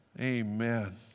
Amen